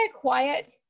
quiet